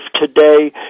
today